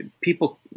people